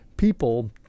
People